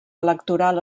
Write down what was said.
electoral